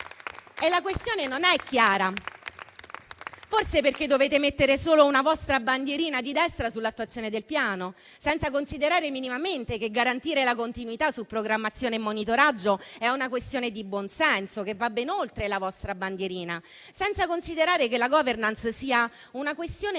La questione non è chiara. Forse solo perché dovete mettere la vostra bandiera di destra sull'attuazione del piano, senza considerare minimamente che garantire la continuità su programmazione e monitoraggio è una questione di buonsenso che va ben oltre la vostra bandierina; senza considerare che la *governance* è una questione